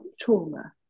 trauma